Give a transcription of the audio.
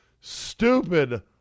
stupid